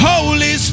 Holy